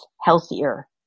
healthier